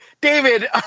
David